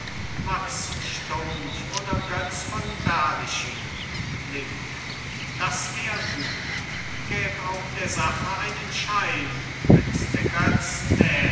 max stumpf oder götz von berlichingen link das wär gut gäb auch der sache einen schein wenn's der götz